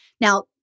Now